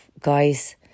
guys